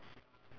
what is it